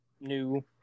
new